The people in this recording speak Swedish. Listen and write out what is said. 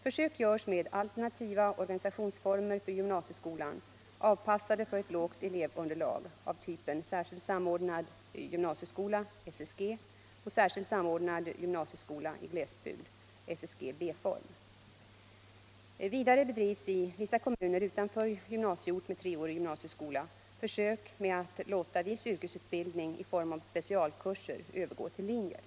Försök görs med alternativa organisationsformer för gymnasieskolan, avpassade för ett litet elevunderlag, av typen särskild samordnad gymnasieskola och särskild samordnad gymnasieskola i glesbygd . Vidare bedrivs i vissa kommuner utanför gymnasieort med treårig gymnasieskola försök med att låta viss yrkesutbildning i form av specialkurser övergå till linjer.